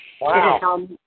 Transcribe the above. Wow